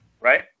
Right